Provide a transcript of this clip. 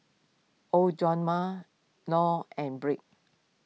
oh john ma Noe and brake